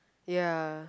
ya